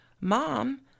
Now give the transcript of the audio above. mom